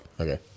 Okay